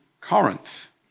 Corinth